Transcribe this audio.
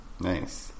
Nice